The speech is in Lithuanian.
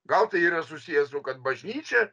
gal tai yra susiję su kad bažnyčia